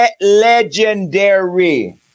Legendary